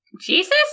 Jesus